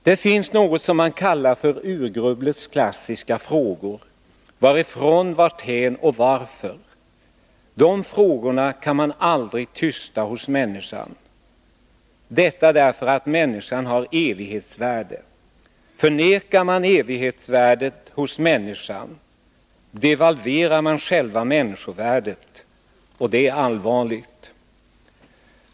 Det finns något som man kallat för urgrubblets klassiska frågor: Varifrån, varthän och varför? De frågorna kan man aldrig tysta hos människan — detta därför att människan har evighetsvärde. Förnekar man evighetsvärdet hos människan, devalverar man själva människovärdet, och det är mycket allvarligt.